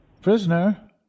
Prisoner